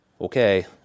Okay